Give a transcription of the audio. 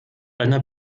einer